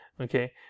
okay